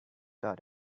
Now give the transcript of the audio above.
taught